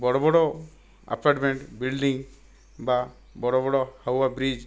ବଡ଼ ବଡ଼ apartment building ବା ବଡ଼ ବଡ଼ ହାୱା ବ୍ରିଜ